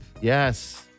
Yes